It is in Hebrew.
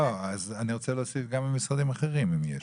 לא, אז אני רוצה להוסיף גם ממשרדים אחרים אם יש.